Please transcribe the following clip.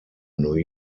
new